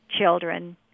children